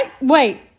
Wait